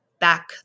back